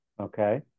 Okay